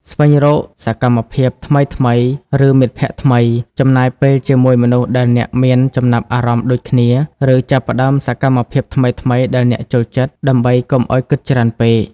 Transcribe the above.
ស្វែងរកសកម្មភាពថ្មីៗ ឬមិត្តភក្តិថ្មី ចំណាយពេលជាមួយមនុស្សដែលអ្នកមានចំណាប់អារម្មណ៍ដូចគ្នា ឬចាប់ផ្តើមសកម្មភាពថ្មីៗដែលអ្នកចូលចិត្ត ដើម្បីកុំឲ្យគិតច្រើនពេក។